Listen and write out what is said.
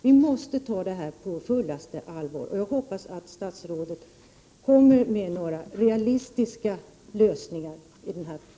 Vi måste ta detta på fullaste allvar. Jag hoppas att statsrådet kommer med några realistiska lösningar på de här problemen.